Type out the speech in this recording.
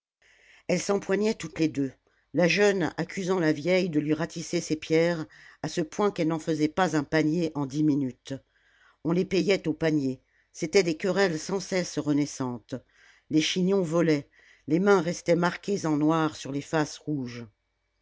elles s'empoignaient toutes les deux la jeune accusant la vieille de lui ratisser ses pierres à ce point qu'elle n'en faisait pas un panier en dix minutes on les payait au panier c'étaient des querelles sans cesse renaissantes les chignons volaient les mains restaient marquées en noir sur les faces rouges